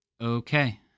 Okay